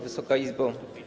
Wysoka Izbo!